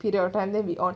period of time then we on